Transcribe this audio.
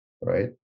right